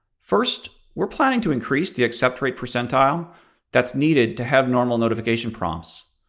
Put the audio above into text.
first, we're planning to increase the accept rate percentile that's needed to have normal notification prompts.